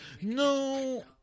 No